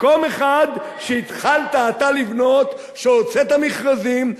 מקום אחד שהתחלת אתה לבנות, שהוצאת מכרזים,